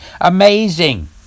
Amazing